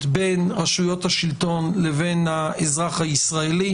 בין רשויות השלטון לבין האזרח הישראלי,